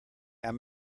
i’m